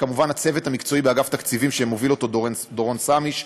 וכמובן לצוות המקצועי באגף תקציבים שמוביל דורון סמיש,